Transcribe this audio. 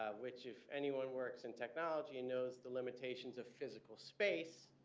um which if anyone works in technology and knows the limitations of physical space,